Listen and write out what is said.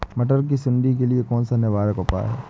मटर की सुंडी के लिए कौन सा निवारक उपाय है?